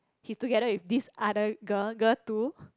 he's together with this other girl girl two